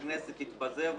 הכנסת תתפזר.